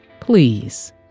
Please